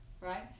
Right